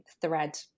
thread